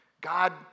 God